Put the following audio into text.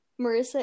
Marissa